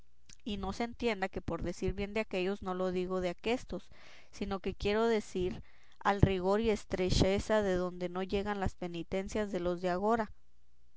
y no se entienda que por decir bien de aquéllos no lo digo de aquéstos sino que quiero decir que al rigor y estrecheza de entonces no llegan las penitencias de los de agora